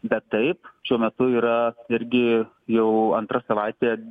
bet taip šiuo metu yra irgi jau antra savaitė